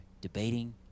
debating